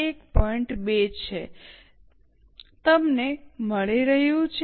તમને મળી રહ્યું છે